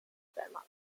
zweimal